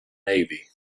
navy